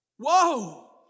Whoa